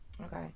Okay